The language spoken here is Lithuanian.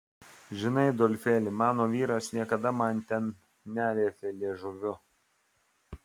žinai adolfėli mano vyras niekada man ten nelietė liežuviu